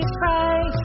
price